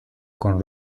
con